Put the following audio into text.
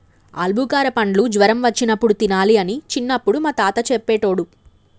ఆల్బుకార పండ్లు జ్వరం వచ్చినప్పుడు తినాలి అని చిన్నపుడు మా తాత చెప్పేటోడు